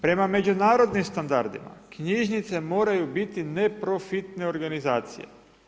Prema međunarodnim standardima knjižnice moraju biti neprofitne organizacije.